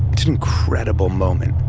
it's an incredible moment,